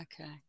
Okay